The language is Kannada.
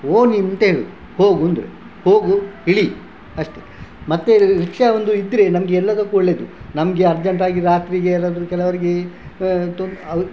ಪೋ ನೀನು ಅಂತ ಹೇಳುವುದು ಹೋಗೆಂದ್ರೆ ಹೋಗು ಇಳಿ ಅಷ್ಟೇ ಮತ್ತೆ ರಿಕ್ಷಾ ಒಂದು ಇದ್ದರೆ ನಮಗೆ ಎಲ್ಲದಕ್ಕೂ ಒಳ್ಳೆಯದು ನಮಗೆ ಅರ್ಜೆಂಟಾಗಿ ರಾತ್ರಿಗೆ ಏನಾದರೂ ಕೆಲವರಿಗೆ ತೊನ್ ಆಹು